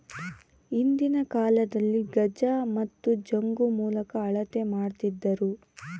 ಹಿಂದಿನ ಕಾಲದಲ್ಲಿ ಗಜ ಮತ್ತು ಜಂಗು ಮೂಲಕ ಅಳತೆ ಮಾಡ್ತಿದ್ದರು